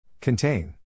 Contain